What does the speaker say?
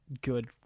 good